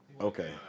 Okay